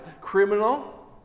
criminal